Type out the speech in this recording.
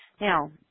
Now